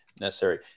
necessary